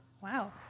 Wow